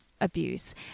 abuse